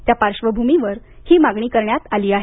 त्या पार्श्वभूमीवर ही मागणी करण्यात आली आहे